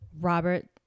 Robert